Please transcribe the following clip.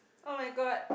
oh-my-God